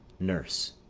nurse.